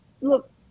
look